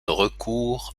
recours